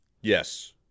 Yes